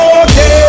okay